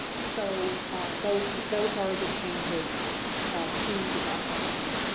so those those are the changes to the guidelines.